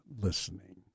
listening